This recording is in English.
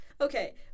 Okay